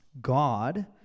God